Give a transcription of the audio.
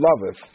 loveth